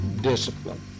discipline